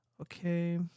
Okay